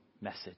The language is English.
message